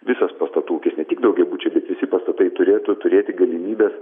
visos pastatų ūkis ne tik daugiabučiai visi pastatai turėtų turėti galimybes